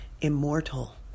immortal